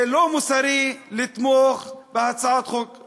זה לא מוסרי לתמוך בהצעת חוק של